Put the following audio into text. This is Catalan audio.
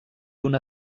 una